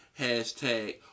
Hashtag